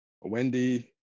Wendy